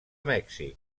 mèxic